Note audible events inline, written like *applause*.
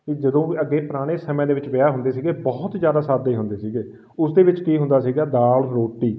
ਵੀ ਜਦੋਂ *unintelligible* ਅੱਗੇ ਪੁਰਾਣੇ ਸਮਿਆਂ ਦੇ ਵਿੱਚ ਵਿਆਹ ਹੁੰਦੇ ਸੀਗੇ ਬਹੁਤ ਜ਼ਿਆਦਾ ਸਾਦੇ ਹੁੰਦੇ ਸੀਗੇ ਉਸ ਦੇ ਵਿੱਚ ਕੀ ਹੁੰਦਾ ਸੀਗਾ ਦਾਲ ਰੋਟੀ